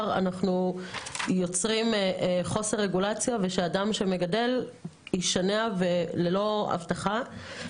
אנחנו יוצרים חוסר רגולציה ואדם שמגדל ישנע ללא אבטחה.